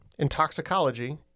intoxicology